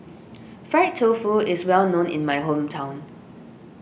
Fried Tofu is well known in my hometown